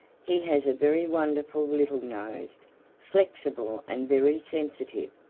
he has a very wonderful little nose, flexible and very sensitive.